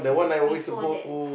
before that